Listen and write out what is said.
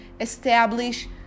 establish